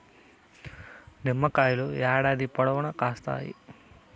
నిమ్మకాయలు ఏడాది పొడవునా కాస్తాయి